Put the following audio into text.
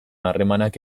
harremanak